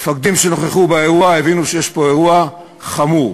המפקדים שנכחו באירוע הבינו שיש פה אירוע חמור